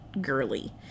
girly